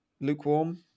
lukewarm